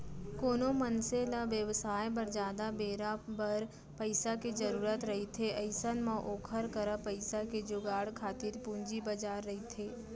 कोनो मनसे ल बेवसाय बर जादा बेरा बर पइसा के जरुरत रहिथे अइसन म ओखर करा पइसा के जुगाड़ खातिर पूंजी बजार रहिथे